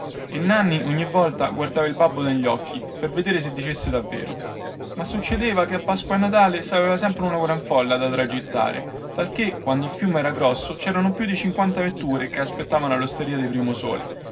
e nanni ogni volta guardava il babbo negli occhi per vedere se dicesse davvero ma succedeva che a pasqua e a natale saveva sempre una gran folla da tragittare talchè quando il fiume era grosso cerano più di cinquanta vetture che aspettavano allosteria di primosole